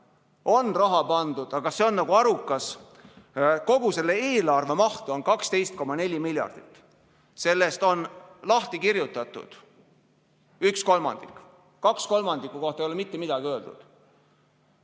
on raha pandud. Aga kas see on arukas? Kogu selle eelarve maht on 12,4 miljardit eurot. Sellest on lahti kirjutatud üks kolmandik, kahe kolmandiku kohta ei ole mitte midagi öeldud.